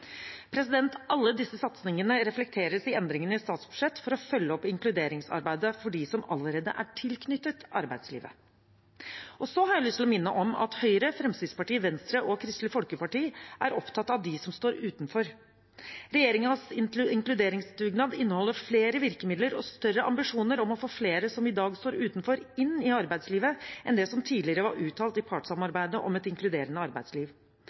Alle disse satsingene reflekteres i endringene i statsbudsjettet for å følge opp inkluderingsarbeidet for dem som allerede er tilknyttet arbeidslivet. Så har jeg lyst til å minne om at Høyre, Fremskrittspartiet, Venstre og Kristelig Folkeparti er opptatt av dem som står utenfor. Regjeringens inkluderingsdugnad inneholder flere virkemidler og større ambisjoner om å få flere som i dag står utenfor, inn i arbeidslivet, enn det som tidligere var uttalt i partssamarbeidet om et inkluderende arbeidsliv.